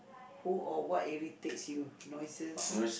who or what irritates you noises ah